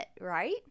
right